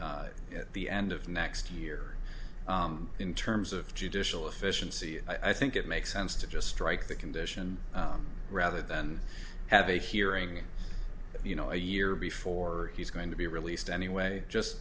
at the end of next year in terms of judicial efficiency i think it makes sense to just strike the condition rather than have a hearing you know a year before he's going to be released anyway just